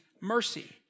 mercy